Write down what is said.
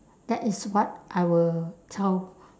that is what I will tell